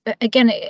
again